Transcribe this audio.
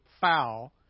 foul